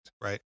Right